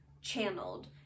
channeled